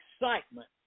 excitement